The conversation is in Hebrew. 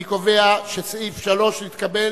אני קובע שסעיף 3 נתקבל,